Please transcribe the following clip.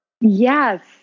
Yes